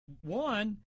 one